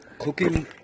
Cooking